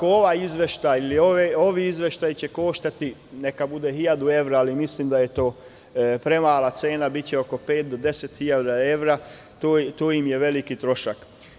Ovaj izveštaj ili ovi izveštaji će koštati, neka bude 1.000 evra, ali mislim da je to premala cena i biće oko 5.000 do 10.000 evra, što im je veliki trošak.